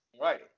right